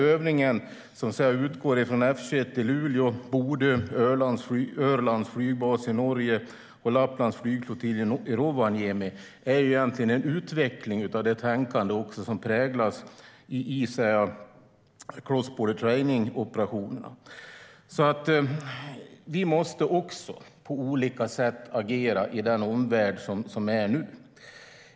Övningen utgår från F 21 i Luleå, Bodö flygbas och Örland flygbas i Norge samt Lapplands flygflottilj i Rovaniemi, och den är egentligen en utveckling av det tänkande som Cross Border Training-operationerna präglas av. Vi måste alltså på olika sätt agera i den omvärld vi lever i nu.